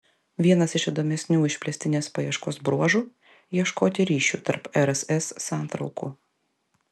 vienas iš įdomesnių išplėstinės paieškos bruožų ieškoti ryšių tarp rss santraukų